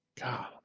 God